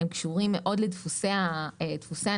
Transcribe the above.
הם קשורים מאוד לדפוסי הנסיעה.